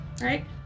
Right